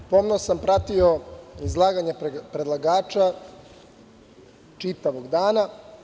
Pomno sam pratio izlaganje predlagača čitavog dana.